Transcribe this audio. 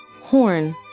Horn